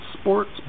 sports